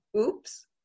oops